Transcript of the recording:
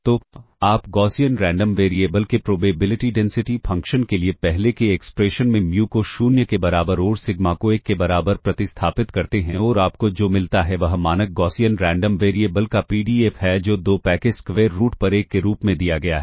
तो आप Gaussian random variable के प्रोबेबिलिटी डेंसिटी फंक्शन के लिए पहले के एक्सप्रेशन में म्यू को 0 के बराबर और सिग्मा को 1 के बराबर प्रतिस्थापित करते हैं और आपको जो मिलता है वह मानक गॉसियन रैंडम वेरिएबल का पीडीएफ है जो 2 pi के स्क्वेर रूट पर 1 के रूप में दिया गया है